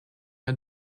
are